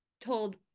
told